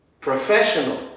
Professional